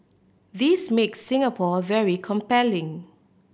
this makes Singapore very compelling